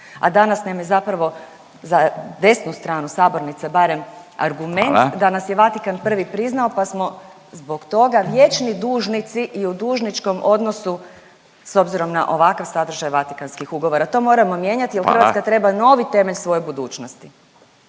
a danas nam je zapravo, za desnu stranu sabornice barem, argument … .../Upadica: Hvala./... da nas je Vatikan prvi priznao pa smo zbog toga vječni dužnici i u dužničkom odnosu s obzirom na ovakav sadržaj Vatikanskih ugovora. To moramo mijenjati jer … .../Upadica: Hvala./... Hrvatska treba novi temelj svoje budućnosti.